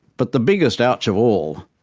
but the biggest ouch of all,